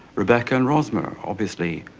rebecca and rosmer are, obviously,